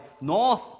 North